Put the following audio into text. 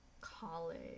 College